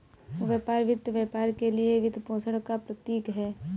व्यापार वित्त व्यापार के लिए वित्तपोषण का प्रतीक है